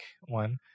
one